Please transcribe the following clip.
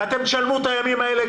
ואתם תשלמו גם את הימים האלה.